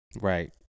Right